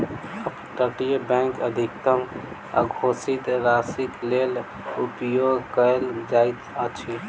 up तटीय bank अधिकतम अघोषित राशिक लेल उपयोग कयल जाइत अछि